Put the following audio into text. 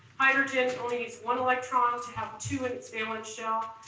hydrogen only needs one electron to have two in its valence shell,